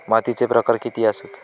मातीचे प्रकार किती आसत?